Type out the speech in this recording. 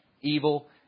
evil